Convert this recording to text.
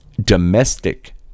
domestic